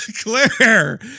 Claire